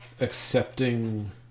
accepting